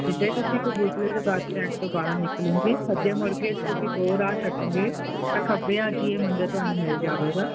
ਜਿੱਥੇ ਤੁਸੀਂ ਕਬੂਤਰੇ ਤੋਂ ਬਾਅਦ ਕਹਿਣ ਤੋਂ ਬਾਹਰ ਨਿਕਲੋਗੇ ਸੱਜੇ ਮੁੜ ਕੇ ਅਸੀਂ ਦੋ ਰਾਹ ਛੱਡੋਗੇ ਖੱਬਿਆਂ ਦੀ ਇਹ ਮੁੰਡੇ ਤੁਹਾਨੂੰ ਮਿਲ